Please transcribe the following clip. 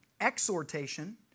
exhortation